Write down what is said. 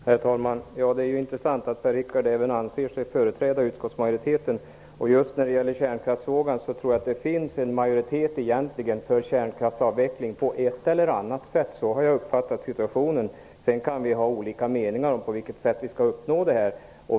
Herr talman! Det är intressant att Per-Richard Molén anser sig företräda utskottsmajoriteten. Just när det gäller kärnkraftsfrågan tror jag att det egentligen finns en majoritet för kärnkraftsavveckling på ett eller annat sätt. Vi kan ha olika meningar om på vilket sätt vi skall uppnå den.